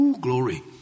Glory